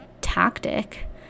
tactic